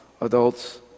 adults